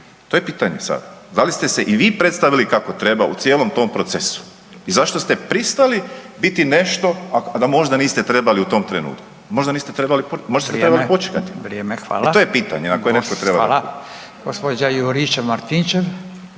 to je pitanje sada. Da li ste se i vi predstavili kako treba u cijelom tom procesu i zašto ste pristali biti nešto a da možda niste trebali u tom trenutku? Možda ste trebali počekati i to je pitanje na koje netko treba odgovoriti. **Radin, Furio